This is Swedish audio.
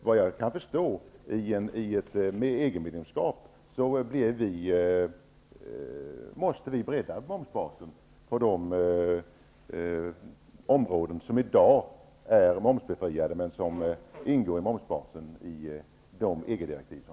Vad jag kan förstå, måste Sverige som EG-medlem bredda momsbasen för de områden som i dag är momsbefriade i Sverige men som ingår i momsbasen i nuvarande EG-länder.